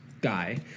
Guy